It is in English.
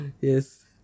yes